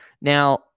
now